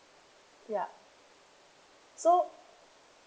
ya so